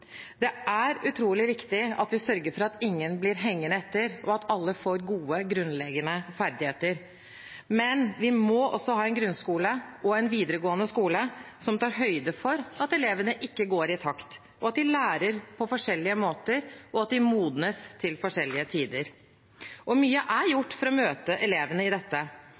Det er utrolig viktig at vi sørger for at ingen blir hengende etter, og at alle får gode grunnleggende ferdigheter. Men vi må også ha en grunnskole og en videregående skole som tar høyde for at elevene ikke går i takt, at de lærer på forskjellige måter og modnes til forskjellige tider. Mye er gjort for å møte elevene i dette,